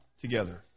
together